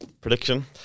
prediction